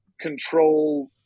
control